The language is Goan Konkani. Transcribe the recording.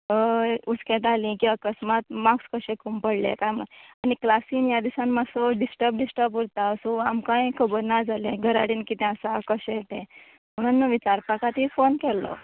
उस्केतालीं की अकस्मात माक्स कशे कमी पडले काय म्हणून आनी क्लासीन ह्या दिसांनी मात्सो डिस्टर्ब डिस्टर्ब उरता सो आमकांय खबर ना जालें घरा कडेन कितें आसा किशें तें म्हणोन विचारपा खातीर फोन केल्लो